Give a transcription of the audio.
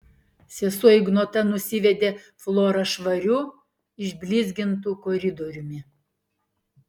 sesuo ignota nusivedė florą švariu išblizgintu koridoriumi